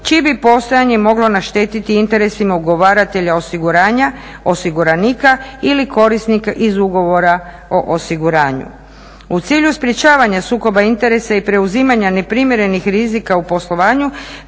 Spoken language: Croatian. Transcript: čije bi postojanje moglo naštetiti interesima ugovaratelja osiguranja, osiguranika ili korisnika iz ugovora o osiguranju. U cilju sprječavanja sukoba interesa i preuzimanja neprimjerenih rizika u poslovanju